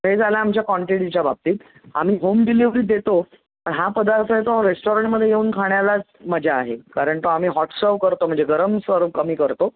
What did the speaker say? हे झालं आमच्या क्वांटिटीच्या बाबतीत आम्ही होम डिलेवरी देतो पण हा पदार्थ आहे तो रेस्टारंटमध्ये येऊन खाण्यालाच मजा आहे कारण तो आम्ही हॉट सव करतो म्हणजे गरम सर्व आम्ही करतो